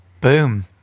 Boom